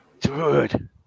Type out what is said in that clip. dude